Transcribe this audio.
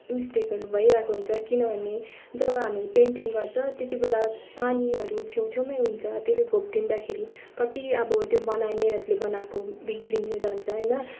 मिस्टेकहरू भइरहेको हुन्छ किनभने जब हामी पेन्टिङ गर्छ त्यति बेला पानीहरू छेउ छेउमै हुन्छ त्यसले घोप्टिँदाखेरि कति अब त्यो बनाएको मेहनतले बनाएको बिग्रँदै जान्छ होइन